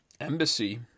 embassy